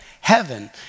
heaven